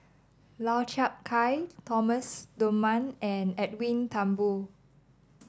Lau Chiap Khai Thomas Dunman and Edwin Thumboo